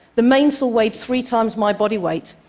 the mainsail weighed three times my body weight,